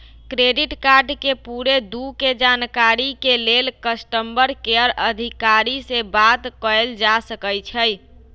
credit card के पूरे दू के जानकारी के लेल कस्टमर केयर अधिकारी से बात कयल जा सकइ छइ